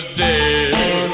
dead